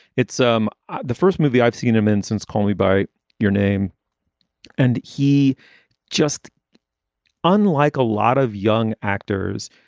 it's um the first movie i've seen him in since call me by your name and he just unlike a lot of young actors,